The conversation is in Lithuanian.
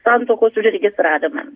santuokos registravimą